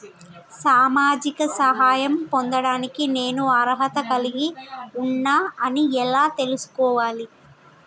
సామాజిక సహాయం పొందడానికి నేను అర్హత కలిగి ఉన్న అని ఎలా తెలుసుకోవాలి?